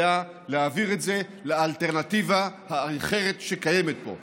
להעביר את זה לאלטרנטיבה האחרת שקיימת פה.